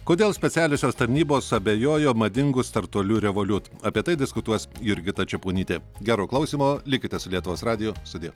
kodėl specialiosios tarnybos abejojo madingu startuoliu revoliut apie tai diskutuos jurgita čeponytė gero klausymo likite su lietuvos radiju sudie